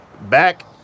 back